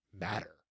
matter